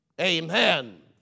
amen